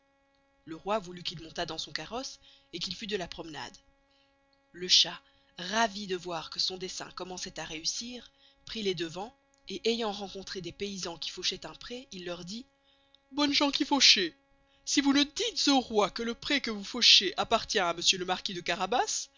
le roy voulut qu'il montast dans son carosse et qu'il fust de la promenade le chat ravi de voir que son dessein commençoit à réussir prit les devants et ayant rencontré des paysans qui fauchoient un pré il leur dit bonnes gens qui fauchez si vous ne dites au roy que le pré que vous fauchez appartient à monsieur le marquis de carabas